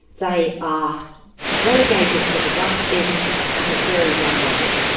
they are relegated to the dustbin at a very young age.